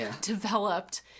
developed